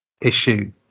issue